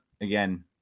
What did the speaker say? again